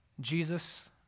Jesus